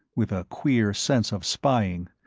with a queer sense of spying,